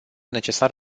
necesar